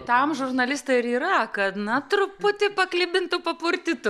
tam žurnalistai ir yra kad na truputį paklibintų papurtytų